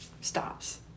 Stops